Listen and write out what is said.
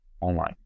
online